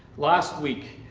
last week,